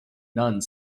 nuns